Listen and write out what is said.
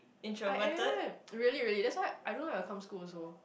I am really really that's why I don't like to come school also